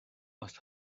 must